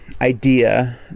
idea